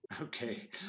Okay